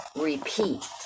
repeat